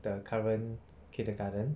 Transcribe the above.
the current kindergarten